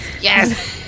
Yes